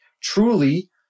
truly